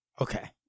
Okay